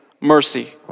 mercy